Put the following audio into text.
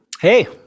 Hey